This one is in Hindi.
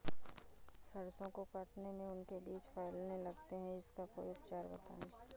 सरसो को काटने में उनके बीज फैलने लगते हैं इसका कोई उपचार बताएं?